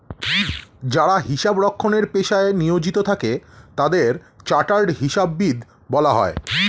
যারা হিসাব রক্ষণের পেশায় নিয়োজিত থাকে তাদের চার্টার্ড হিসাববিদ বলা হয়